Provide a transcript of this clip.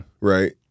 Right